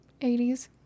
80s